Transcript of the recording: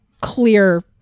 clear